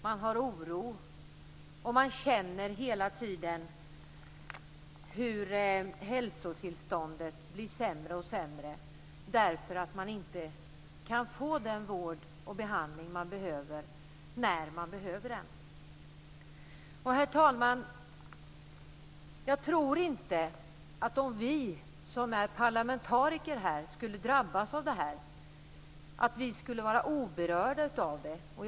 Man har oro, och man känner hela tiden hur hälsotillståndet blir sämre och sämre därför att man inte kan få den vård och behandling man behöver när man behöver den. Herr talman! Jag tror inte att vi som är parlamentariker skulle vara oberörda om vi skulle drabbas av detta.